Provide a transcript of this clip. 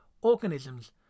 organisms